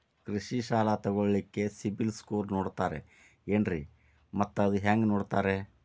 ಕೃಷಿ ಸಾಲ ತಗೋಳಿಕ್ಕೆ ಸಿಬಿಲ್ ಸ್ಕೋರ್ ನೋಡ್ತಾರೆ ಏನ್ರಿ ಮತ್ತ ಅದು ಹೆಂಗೆ ನೋಡ್ತಾರೇ?